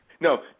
No